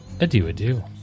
adieu-adieu